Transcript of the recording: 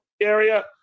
Area